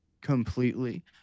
completely